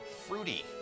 fruity